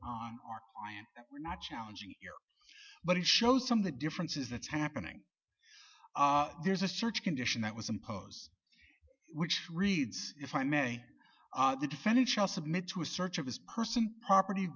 our we're not challenging but it shows some of the differences that's happening there's a search condition that was imposed which reads if i may the defendant shall submit to a search of his person property